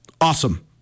awesome